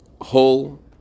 whole